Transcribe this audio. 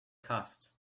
costs